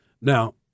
Now